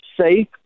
safe